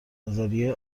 نظریه